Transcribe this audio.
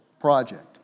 project